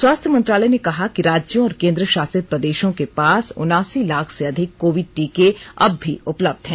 स्वास्थ्य मंत्रालय ने कहा कि राज्यों और केन्द्रशासित प्रदेशों के पास उनासी लाख से अधिक कोविड टीके अब भी उपलब्ध हैं